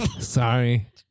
Sorry